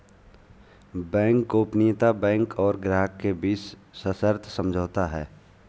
bank गोपनीयता bank और ग्राहक के बीच सशर्त समझौता है